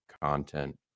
content